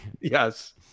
yes